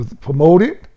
promoted